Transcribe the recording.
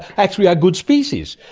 actually are good species,